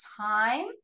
time